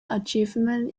achievement